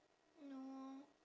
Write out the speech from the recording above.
no